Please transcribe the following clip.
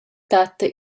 tatta